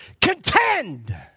contend